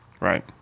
Right